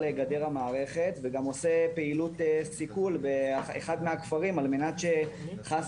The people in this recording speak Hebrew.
גדר המערכת וגם עושה פעילות סיכול באחד מהכפרים על מנת שחס